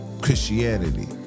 Christianity